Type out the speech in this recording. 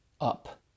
up